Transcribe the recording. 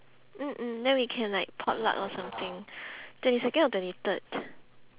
mm mm then we can like potluck or something twenty second or twenty third